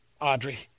Audrey